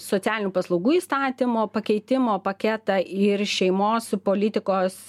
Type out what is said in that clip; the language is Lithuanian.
socialinių paslaugų įstatymo pakeitimo paketą ir šeimos politikos